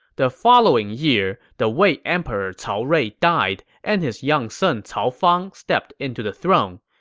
the following year, the wei emperor cao rui died, and his young son cao fang stepped into the throne.